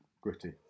Gritty